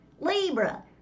Libra